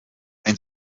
ein